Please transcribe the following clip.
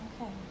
Okay